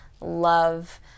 love